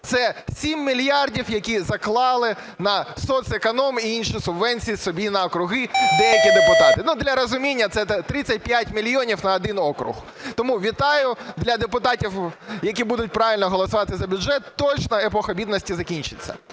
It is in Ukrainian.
це 7 мільярдів, які заклали на соцеконом і інші субвенції собі на округи деякі депутати. Ну, для розуміння – це 35 мільйонів на один округ. Тому вітаю, для депутатів, які будуть правильно голосувати за бюджет, точно епоха бідності закінчиться.